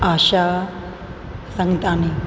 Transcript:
Asha Sangtani